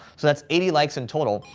so that's eighty likes in total,